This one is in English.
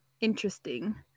Interesting